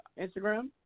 Instagram